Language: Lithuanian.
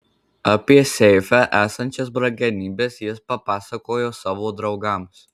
apie seife esančias brangenybes jis papasakojo savo draugams